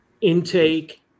intake